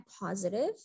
positive